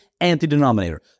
Anti-denominator